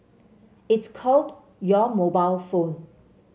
it's called your mobile phone